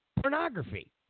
pornography